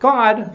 God